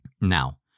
Now